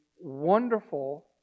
wonderful